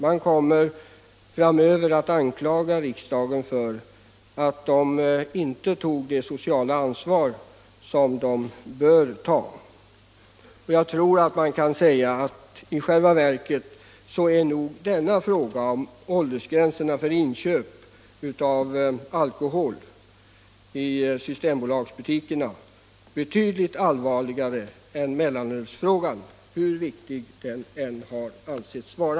Man kommer framöver att anklaga riksdagen för att den inte tog det sociala ansvar som den bör ta. Jag tror man kan säga att frågan om åldersgränserna för inköp av alkohol i systembolagsbutikerna är betydligt allvarligare än mellanölsfrågan, hur viktig den än har ansetts vara.